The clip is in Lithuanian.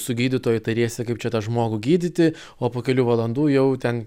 su gydytoju tariesi kaip čia tą žmogų gydyti o po kelių valandų jau ten